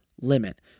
limit